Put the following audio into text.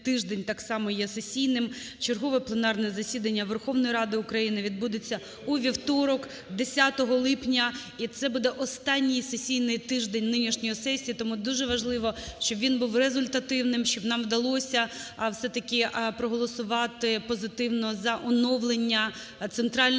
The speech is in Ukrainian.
відбудеться у вівторок, 10 липня, і це буде останній сесійний тиждень нинішньої сесії. Тому дуже важливо, щоб він був результативним, щоб нам вдалося все-таки проголосувати позитивно за оновлення Центральної